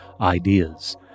ideas